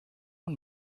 und